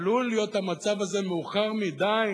עלול להיות המצב הזה מאוחר מדי,